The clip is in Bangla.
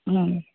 হুম